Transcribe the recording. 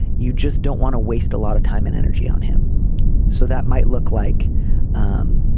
you just don't want to waste a lot of time and energy on him so that might look like um